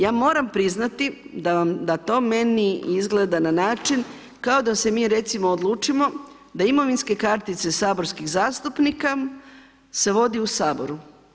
Ja moram priznati da to meni, izgleda na način, kao da se mi recimo odlučimo, da imovinske kartice saborskih zastupnika se vodi u Saboru?